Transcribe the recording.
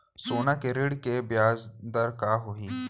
सोना के ऋण के ब्याज दर का होही?